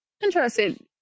Interesting